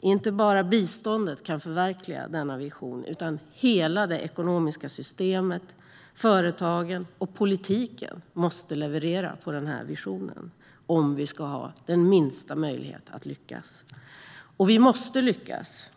Inte bara biståndet kan förverkliga denna vision, utan hela det ekonomiska systemet, företagen och politiken måste leverera på den här visionen om vi ska ha den minsta möjlighet att lyckas. Och vi måste lyckas.